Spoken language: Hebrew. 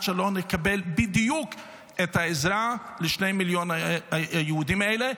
שלא נקבל בדיוק את העזרה לשני מיליון היהודים האלה.